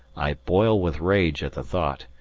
i boil with rage at the thought,